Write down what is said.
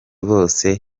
bose